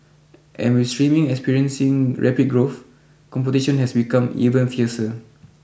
and with streaming experiencing rapid growth competition has become even fiercer